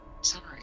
Sorry